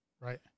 right